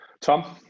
Tom